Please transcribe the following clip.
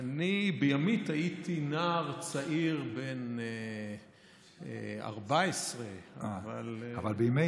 אני בימית הייתי נער צעיר בן 14. אבל בימי